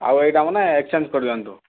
ଆଉ ଏଇଟା ମାନେ ଏକ୍ସଚେଞ୍ଜ କରିଦିଅନ୍ତୁ